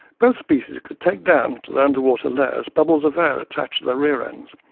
both species could take down to their underwater lairs bubbles of air attached to their rear ends.